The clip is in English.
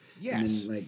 Yes